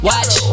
Watch